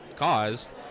caused